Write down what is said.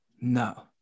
No